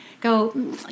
go